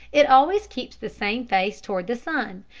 it always keeps the same face toward the sun,